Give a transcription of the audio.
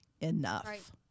enough